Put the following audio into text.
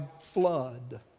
flood